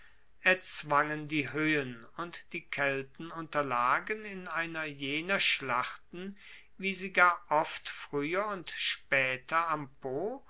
erzwangen die hoehen und die kelten unterlagen in einer jener schlachten wie sie gar oft frueher und spaeter am po